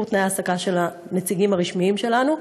תנאי ההעסקה של הנציגים הרשמיים שלנו.